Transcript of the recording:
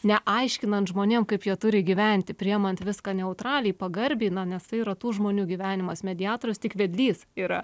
neaiškinant žmonėm kaip jie turi gyventi priimant viską neutraliai pagarbiai na nes tai yra tų žmonių gyvenimas mediatorius tik vedlys yra